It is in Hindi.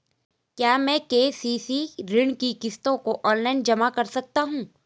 क्या मैं के.सी.सी ऋण की किश्तों को ऑनलाइन जमा कर सकता हूँ?